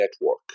Network